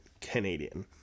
Canadian